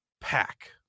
pack